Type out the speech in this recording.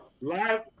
live